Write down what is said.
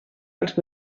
als